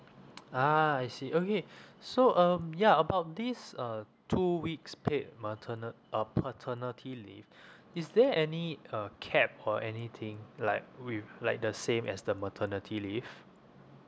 ah I see okay so um ya about this uh two weeks paid materni~ uh paternity leave is there any uh cap or anything like with like the same as the maternity leave